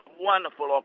wonderful